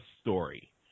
story